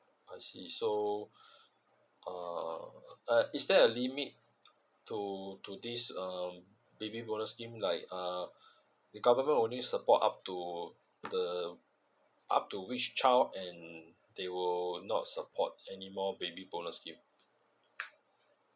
I see so uh uh is there a limit to to this um baby bonus scheme like err the government only support up to the up to which child and they will not support anymore baby bonus scheme